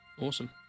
Awesome